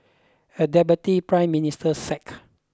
a deputy prime minister sacked